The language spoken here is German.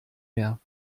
mehr